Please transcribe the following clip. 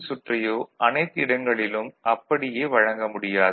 சுற்றையோ அனைத்து இடங்களிலும் அப்படியே வழங்க முடியாது